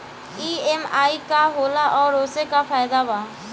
EMI का होला और ओसे का फायदा बा?